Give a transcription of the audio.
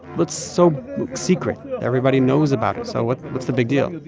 what's so secret? everybody knows about it, so what's what's the big deal?